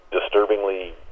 disturbingly